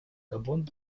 габон